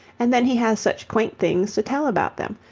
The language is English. and then he has such quaint things to tell about them,